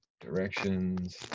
Directions